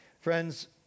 Friends